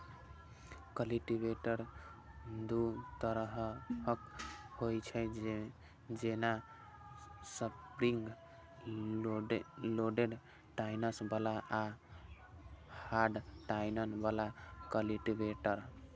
cultivator दू तरहक होइ छै, जेना स्प्रिंग लोडेड टाइन्स बला आ हार्ड टाइन बला कल्टीवेटर